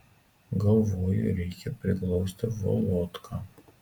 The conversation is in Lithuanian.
galvoju reikia priglausti volodką